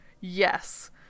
yes